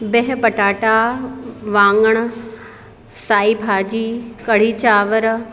बेह पटाटा वाङण साई भाॼी कढ़ी चांवर